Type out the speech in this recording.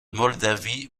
moldavie